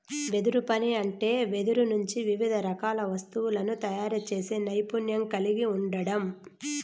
వెదురు పని అంటే వెదురు నుంచి వివిధ రకాల వస్తువులను తయారు చేసే నైపుణ్యం కలిగి ఉండడం